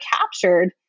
captured